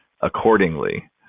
accordingly